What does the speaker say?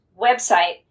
website